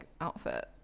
outfit